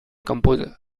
composer